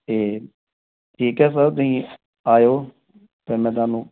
ਤਾਂ ਠੀਕ ਆ ਸਰ ਤੁਸੀਂ ਆਇਓ ਅਤੇ ਮੈਂ ਤੁਹਾਨੂੰ